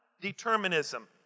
determinism